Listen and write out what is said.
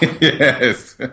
Yes